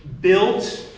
built